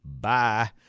bye